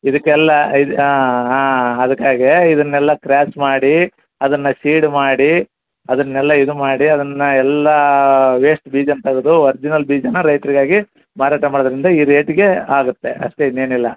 ಇದಕ್ಕೆಲ್ಲ ಇದು ಹಾಂ ಹಾಂ ಅದಕ್ಕಾಗೇ ಇದನ್ನೆಲ್ಲ ಕ್ರ್ಯಾಶ್ ಮಾಡಿ ಅದನ್ನು ಸೀಡ್ ಮಾಡಿ ಅದನ್ನೆಲ್ಲ ಇದು ಮಾಡಿ ಅದನ್ನು ಎಲ್ಲ ವೇಸ್ಟ್ ಬೀಜಾನ ತೆಗ್ದು ಒರ್ಜಿನಲ್ ಬೀಜಾನ ರೈತರಿಗಾಗಿ ಮಾರಾಟ ಮಾಡೋದ್ರಿಂದ ಈ ರೇಟಿಗೆ ಆಗುತ್ತೆ ಅಷ್ಟೇ ಇನ್ನೇನಿಲ್ಲ